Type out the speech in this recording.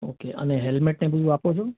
okay અને helmet ને બધું આપો છો